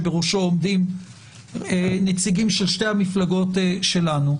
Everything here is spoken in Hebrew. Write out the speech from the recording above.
שבראשו עומדים נציגים של שתי המפלגות שלנו.